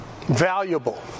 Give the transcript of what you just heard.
Valuable